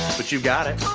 but you've got it.